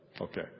Okay